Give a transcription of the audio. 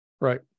Right